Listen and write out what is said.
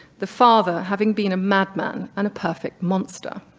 the father having been a madman and a perfect monster.